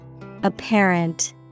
Apparent